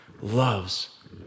loves